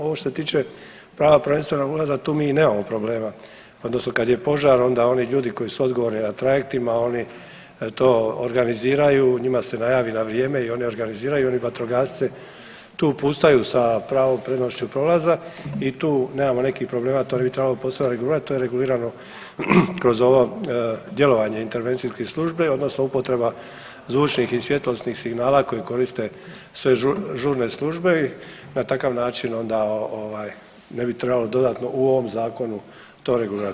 Ovo što se tiče prava prvenstvenog ulaza tu mi nemamo problema odnosno kad je požar onda oni ljudi koji su odgovorni na trajektima oni to organiziraju, njima se najavi na vrijeme i oni organiziraju vatrogasce tu puštaju sa pravom prednošću prolaza i tu nemamo nekih problema, to ne bi trebalo posebno regulirat, to je regulirano kroz ovo djelovanje intervencijske službe odnosno upotreba zvučnih i svjetlosnih signala koji koriste sve žurne službe i na takav način onda ne bi trebalo dodatno u ovom zakonu to regulirati.